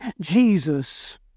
Jesus